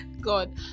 God